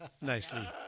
nicely